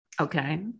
Okay